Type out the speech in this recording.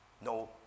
no